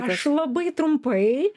aš labai trumpai